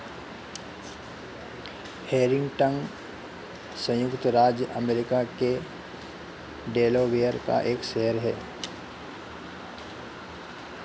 Harrington संयुक्त राज्य America के डेलावेयर का एक शहर है